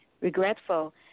regretful